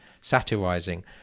satirizing